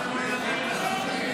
תשובה והצבעה במועד אחר.